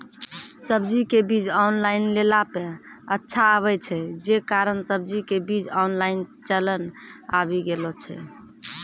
सब्जी के बीज ऑनलाइन लेला पे अच्छा आवे छै, जे कारण सब्जी के बीज ऑनलाइन चलन आवी गेलौ छै?